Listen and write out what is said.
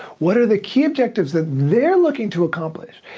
what are the key objectives that they're looking to accomplish.